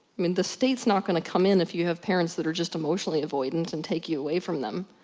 mean the states not gonna come in, if you have parents that are just emotionally avoidant and take you away from them.